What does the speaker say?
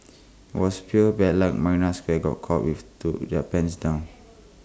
IT was pure bad luck marina square got caught with to their pants down